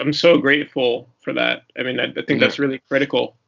um so grateful for that. i mean and but think that's really critical.